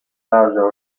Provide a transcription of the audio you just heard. larger